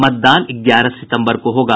मतदान ग्यारह सितम्बर को होगा